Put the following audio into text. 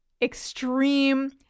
extreme